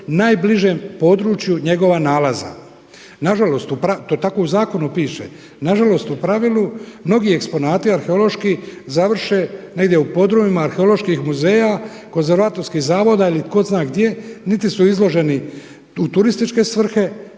najbližem području njegova nalaza. Nažalost, to tako u zakonu piše, nažalost u pravilu mnogi eksponati arheološki završe negdje u podrumima arheoloških muzeja, konzervatorskih zavoda ili tko zna gdje, niti su izloženi u turističke svrhe